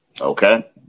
Okay